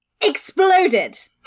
exploded